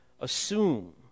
assume